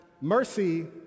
mercy